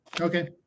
Okay